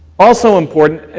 also important,